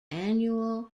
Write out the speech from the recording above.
annual